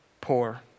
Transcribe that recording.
poor